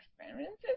experiences